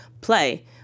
play